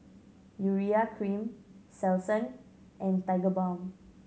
Urea Cream Selsun and Tigerbalm